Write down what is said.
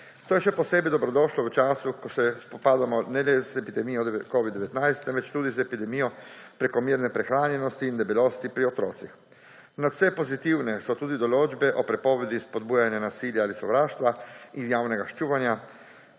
To je še posebej dobrodošlo v času, ko se spopadamo ne le z epidemijo covida-19, temveč tudi z epidemijo prekomerne prehranjenosti in debelosti pri otrocih. Nadvse pozitivne so tudi določbe o prepovedi spodbujanja nasilja ali sovraštva in javnega ščuvanja